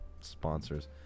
sponsors